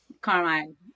Carmine